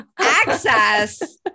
access